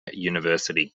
university